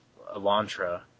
Elantra